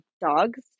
dogs